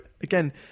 again